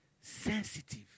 Sensitive